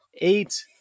eight